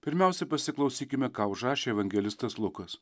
pirmiausia pasiklausykime ką užrašė evangelistas lukas